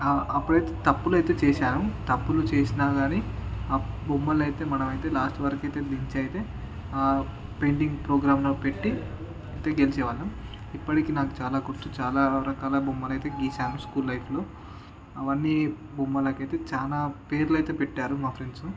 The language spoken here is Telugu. అప్పుడైతే తప్పులు అయితే చేసాను తప్పులు చేసినా కానీ ఆ బొమ్మలైతే మనమయితే లాస్ట్ వరకు అయితే దించయితే ఆ పెయింటింగ్ ప్రోగ్రాంలో పెట్టి గెలిచే వాళ్ళం ఇప్పటికి నాకు చాలా గుర్తు చాలా రకాల బొమ్మలు అయితే గీసాను స్కూల్ లైఫ్లో అవన్నీ బొమ్మలకయితే చాలా పేర్లు అయితే పెట్టారు మా ఫ్రెండ్సు